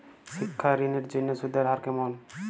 শিক্ষা ঋণ এর জন্য সুদের হার কেমন?